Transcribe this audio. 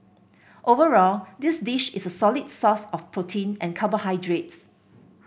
overall this dish is a solid source of protein and carbohydrates